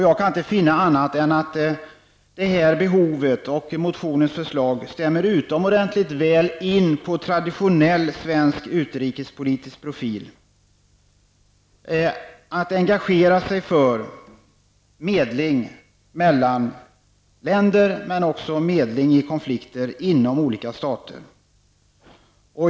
Jag kan inte finna annat än att det här behovet och motionens förslag stämmer utomordentligt väl överens med traditionell svensk utrikespolitisk profil -- att engagera sig för medling mellan länder men även för medling i konflikter inom olika stater.